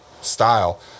style